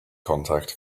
contact